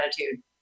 attitude